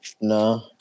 No